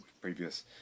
previous